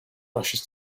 rushes